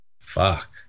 fuck